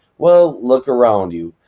well, look around you.